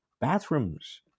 bathrooms